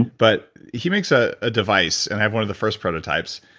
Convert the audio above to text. but he makes a ah device and i have one of the first prototypes,